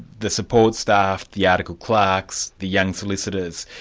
the support staff, the articled clerks, the young solicitors,